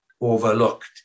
overlooked